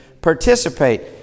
participate